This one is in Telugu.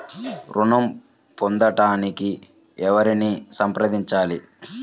ఋణం పొందటానికి ఎవరిని సంప్రదించాలి?